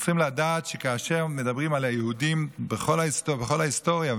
אנחנו צריכים לדעת שכאשר מדברים על היהודים בכל ההיסטוריה,